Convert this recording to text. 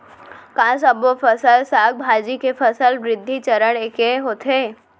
का सबो फसल, साग भाजी के फसल वृद्धि चरण ऐके होथे?